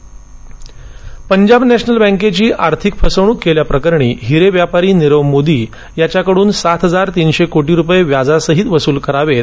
नीख Modi Punjab national बँकेची आर्थिक फसवणूक केल्या प्रकरणी हिरे व्यापारी नीरव मोदी याच्याकडून सात हजार तीनशे कोटी रूपये व्याजासहीत वसूल करावेत